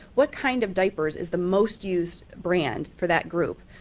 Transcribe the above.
what kind of diapers is the most used brand for that group?